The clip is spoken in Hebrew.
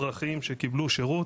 אזרחים שקיבלו שירות,